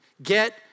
Get